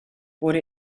wurde